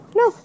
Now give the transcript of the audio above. no